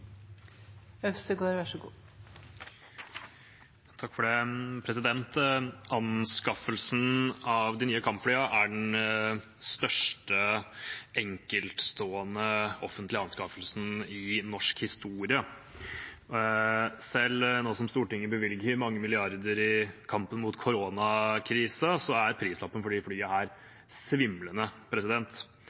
den største enkeltstående offentlige anskaffelsen i norsk historie. Selv nå som Stortinget bevilger mange milliarder i kampen mot koronakrisen, er prislappen for disse flyene svimlende – beregnet levetidskostnad på 276 mrd. kr, det snakker for seg selv. Og den svimlende